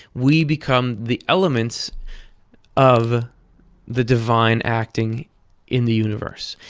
we become the elements of the divine acting in the universe.